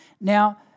Now